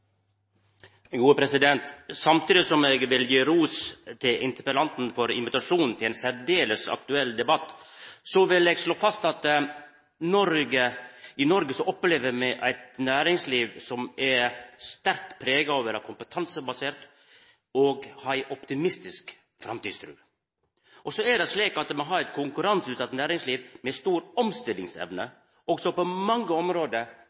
gode balansene og et godt samspill mellom institusjonene og samfunnet rundt. Samtidig som eg vil gi ros til interpellanten for invitasjonen til ein særdeles aktuell debatt, vil eg slå fast at i Noreg opplever me eit næringsliv som er sterkt prega av å vera kompetansebasert og ha ei optimistisk framtidstru. Me har eit konkurranseutsett næringsliv med stor omstillingsevne og som på mange område